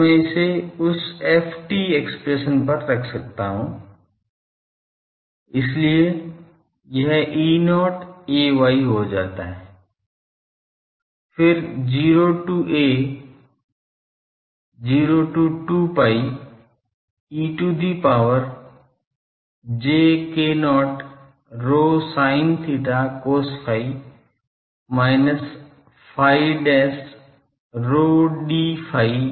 तो मैं इसे उस ft एक्सप्रेशन पर रख सकता हूँ इसलिए यह E0 ay हो जाता है फिर 0 to a 0 से 2 pi e to the power j k0 ρ sin theta cos phi minus phi dash ρ d phi dash d rho